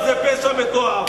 זה פשע מתועב.